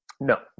No